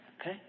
Okay